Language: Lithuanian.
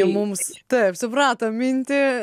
mums taip supratom mintį